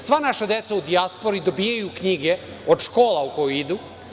Sva naša deca u dijaspori dobijaju knjige od škola u koje idu.